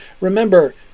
Remember